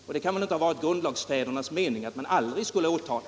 Och det kan väl inte ha varit grundlagsfädernas mening att man aldrig skulle åtala.